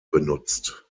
benutzt